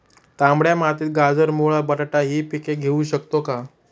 तांबड्या मातीत गाजर, मुळा, बटाटा हि पिके घेऊ शकतो का?